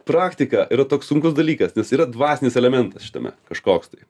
praktika yra toks sunkus dalykas nes yra dvasinis elementas šitame kažkoks tai